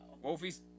Wolfie's